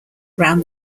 around